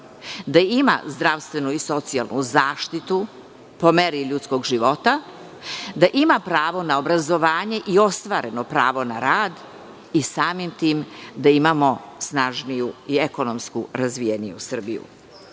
da ima zdravstvenu i socijalnu zaštitu po meri ljudskog života, da ima pravo na obrazovanje i ostvareno pravo na rad i samim tim da imamo snažniju i ekonomski razvijeniju Srbiju. Dakle,